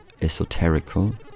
esoterical